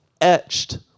etched